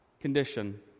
condition